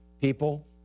People